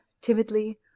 timidly